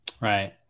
Right